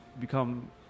become